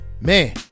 man